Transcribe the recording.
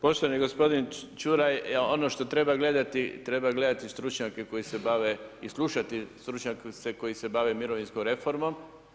Poštovani gospodine Ćuraj, ono što treba gledati, treba gledati stručnjake koji se bave i slušati stručnjake koji se bave mirovinskom reformom.